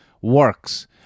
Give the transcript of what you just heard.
works